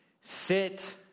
Sit